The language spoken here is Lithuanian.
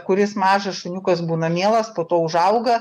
kuris mažas šuniukas būna mielas po to užauga